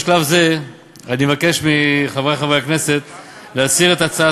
בשלב זה אני מבקש מחברי חברי הכנסת להסיר את הצעת